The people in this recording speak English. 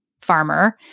farmer